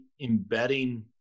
embedding